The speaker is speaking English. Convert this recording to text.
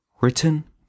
Written